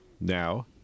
Now